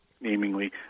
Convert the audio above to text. namely